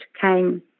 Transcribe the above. came